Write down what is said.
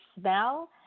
smell